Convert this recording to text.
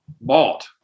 bought